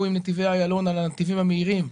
עם נתיבי איילון על הנתיבים המהירים,